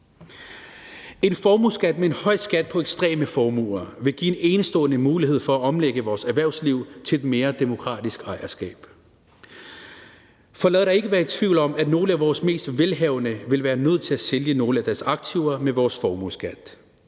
høj formueskat på ekstreme formuer vil give en enestående mulighed for at omlægge vores erhvervsliv til et mere demokratisk ejerskab, for der er ikke tvivl om, at nogle af vores mest velhavende vil være nødt til at sælge nogle af deres aktiver med vores formueskat,